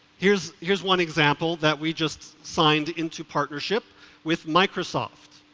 here's here's one example that we just signed into partnership with microsoft.